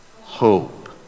hope